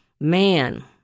man